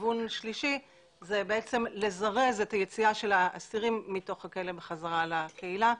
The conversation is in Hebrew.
וכיוון שלישי זה לזרז את היציאה של האסירים מתוך הכלא חזרה לקהילה.